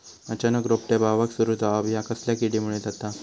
अचानक रोपटे बावाक सुरू जवाप हया कसल्या किडीमुळे जाता?